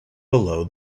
below